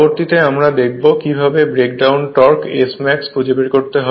পরবর্তীতে আমরা দেখবো কিভাবে ব্রেকডাউন টর্ক Smax খুঁজে বের করতে হয়